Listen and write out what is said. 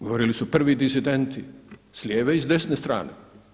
Govorili su prvi disidenti s lijeve i desne strane.